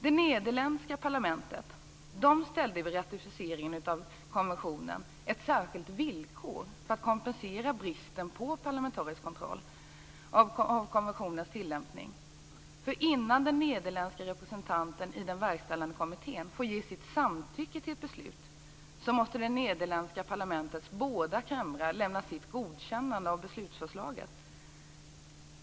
Det nederländska parlamentet ställde vid ratificeringen av konventionen ett särskilt villkor för att kompensera bristen på parlamentarisk kontroll av konventionens tillämpning. Innan den nederländske representanten i den verkställande kommittén får ge sitt samtycke till ett beslut måste det nederländska parlamentets båda kamrar lämna sitt godkännande av beslutsförslaget.